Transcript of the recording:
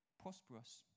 prosperous